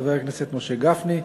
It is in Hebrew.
חבר הכנסת משה גפני,